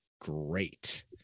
great